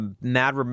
mad